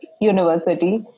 University